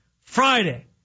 Friday